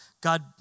God